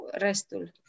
restul